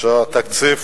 התקציב